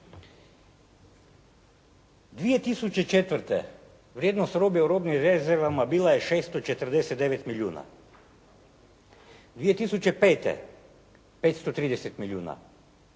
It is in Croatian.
2004. vrijednost robe u robnim rezervama bila je 649 milijuna. 2005. 530 milijuna.